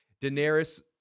Daenerys